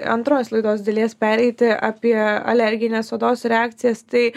antros laidos dalies pereiti apie alergines odos reakcijas tai